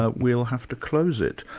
ah we'll have to close it.